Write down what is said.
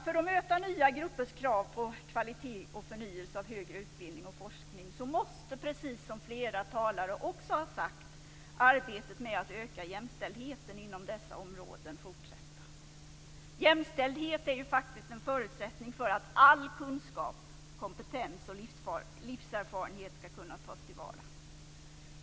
För att möta nya gruppers krav på kvalitet och förnyelse i högre utbildning och forskning måste, precis som flera talare har sagt, arbetet på att öka jämställdheten inom dessa områden fortsätta. Jämställdhet är faktiskt en förutsättning för att kunskap, kompetens och livserfarenhet skall kunna tas till vara.